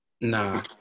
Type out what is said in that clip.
Nah